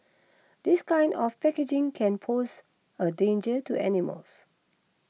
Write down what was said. this kind of packaging can pose a danger to animals